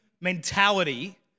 mentality